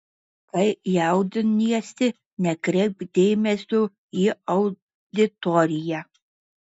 kai jaudiniesi nekreipk dėmesio į auditoriją